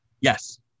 Yes